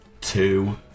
two